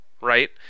right